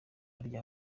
rya